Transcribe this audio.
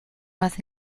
más